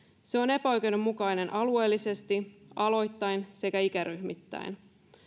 se on epäoikeudenmukainen alueellisesti aloittain sekä ikäryhmittäin